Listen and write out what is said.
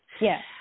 Yes